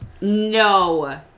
no